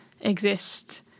exist